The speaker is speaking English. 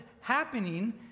happening